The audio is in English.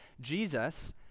Jesus